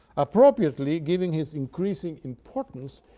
appropriately giving his increasing importance,